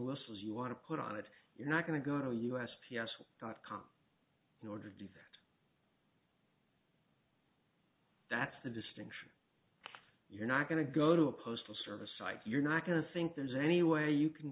whistles you want to put on it you're not going to go to u s p s dot com in order to do that that's the distinction you're not going to go to a postal service site you're not going to think there's any way you can